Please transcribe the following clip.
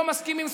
לא מסכימים,